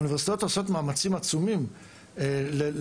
האוניברסיטאות עושות מאמצים עצומים לפעול